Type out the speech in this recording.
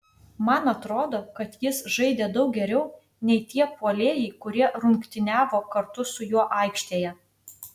man atrodo kad jis žaidė daug geriau nei tie puolėjai kurie rungtyniavo kartu su juo aikštėje